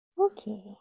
Okay